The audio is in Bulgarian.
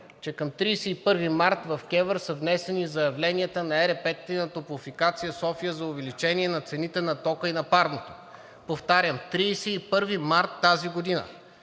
че към 31 март в КЕВР са внесени заявленията на ЕРП-тата и на „Топлофикация – София“ за увеличение на цените на тока и парното. Повтарям, 31 март тази година!